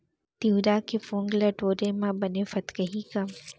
तिंवरा के फोंक ल टोरे म बने फदकही का?